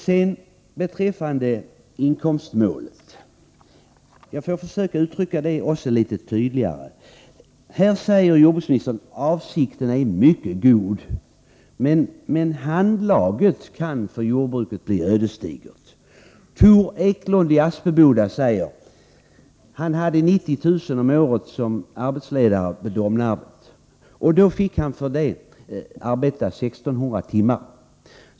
Sedan några ord beträffande inkomstmålet — jag får försöka uttrycka mig tydligt också på den punkten. Jordbruksministern säger: Avsikten är mycket god, men handlaget kan för jordbruket bli ödesdigert. Ett exempel: Tor Eklund i Aspeboda hade 90000 kr. om året som arbetsledare vid Domnarvet, och då fick han för det arbeta 1600 timmar.